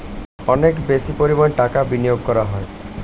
অনেক বেশি পরিমাণ টাকা বিনিয়োগ করা হয়